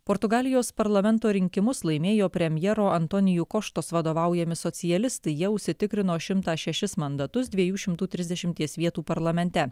portugalijos parlamento rinkimus laimėjo premjero antoniju koštos vadovaujami socialistai jie užsitikrino šimtą šešis mandatus dviejų šimtų trisdešimties vietų parlamente